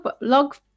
log